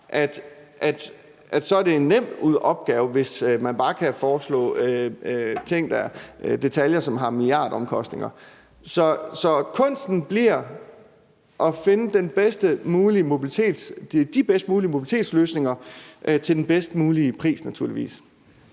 at det er en nem opgave, hvis bare man kan foreslå ting, der har milliardomkostninger. Så kunsten bliver at finde de bedst mulige mobilitetsløsninger til den bedst mulige pris naturligvis.